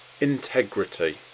integrity